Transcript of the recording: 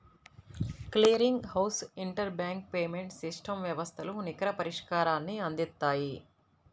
clearing house interbank payments system వ్యవస్థలు నికర పరిష్కారాన్ని అందిత్తాయి